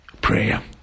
prayer